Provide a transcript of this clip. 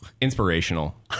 Inspirational